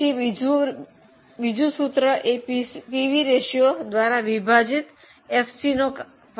તેથી બીજો સૂત્ર એ પીસી રેશિયો દ્વારા વિભાજિત FC નો કાળો છે